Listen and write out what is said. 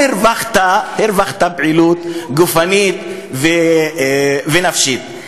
אבל הרווחת פעילות גופנית ונפשית.